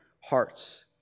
hearts